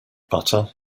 butter